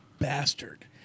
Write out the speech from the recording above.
bastard